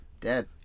Dead